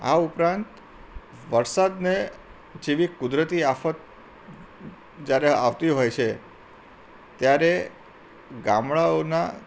આ ઉપરાંત વરસાદને જેવી કુદરતી આફત જ્યારે આવતી હોય છે ત્યારે ગામડાઓના